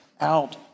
out